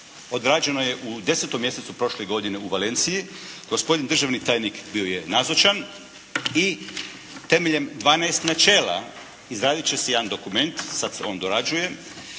odrađeno je u 10. mjesecu prošle godine u Valenciji, gospodin državni tajnik bio je nazočan i temeljem 12 načela izradit će se jadan dokument, sad se on dorađuje